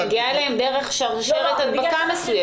את מגיעה אליהם דרך שרשרת הדבקה מסוימת.